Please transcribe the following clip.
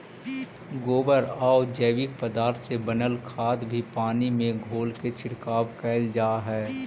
गोबरआउ जैविक पदार्थ से बनल खाद भी पानी में घोलके छिड़काव कैल जा हई